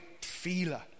feeler